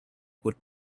would